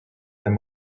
them